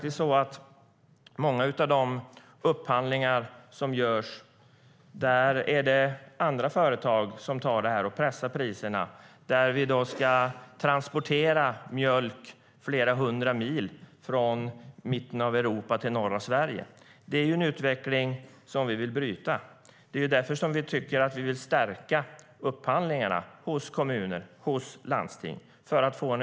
I många av de upphandlingar som görs i dag är det andra företag som tar det och pressar priserna. Då ska mjölk transporteras flera hundra mil från mitten av Europa till norra Sverige. Det är en utveckling som vi vill bryta, och det är för att få en ökad efterfrågan som vi vill stärka upphandlingarna hos kommuner och landsting.